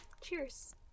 Cheers